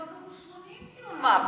טוב שלא קבעו 80 ציון מעבר.